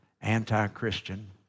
anti-christian